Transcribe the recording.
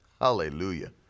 Hallelujah